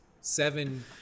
Seven